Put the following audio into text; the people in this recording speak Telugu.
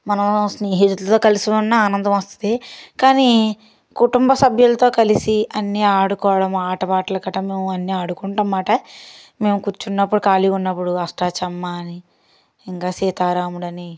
మనం స్నేహితులతో కలిసి ఉన్న ఆనందం వస్తుంది కానీ కుటుంబ సభ్యులతో కలిసి అన్నీ ఆడుకోవడం ఆటపాటలు గటా మేము అన్ని ఆడుకుంటాం అన్నమాట మేము కూర్చున్నప్పుడు ఖాళీ ఉన్నప్పుడు అష్టచమ్మా అని ఇంకా సీతారాముడు అని